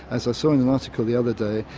as i saw an article the other day,